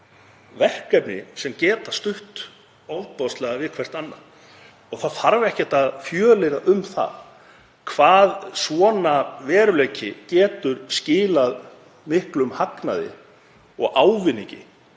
verkefni sem geta stutt ofboðslega hvert við annað. Það þarf ekkert að fjölyrða um það hvað svona veruleiki getur skilað miklum hagnaði og ávinningi